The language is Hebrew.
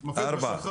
חבר'ה,